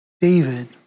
David